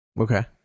okay